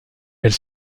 elle